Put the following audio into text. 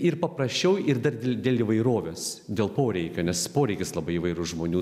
ir paprasčiau ir dar dėl įvairovės dėl poreikio nes poreikis labai įvairų žmonių